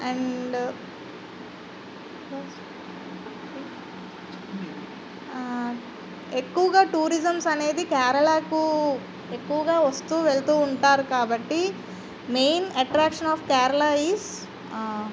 and ఎక్కువగా tourisms అనేది కేరళకు ఎక్కువగా వస్తూ వెళ్తూ ఉంటారు కాబట్టి main attraction of Kerala is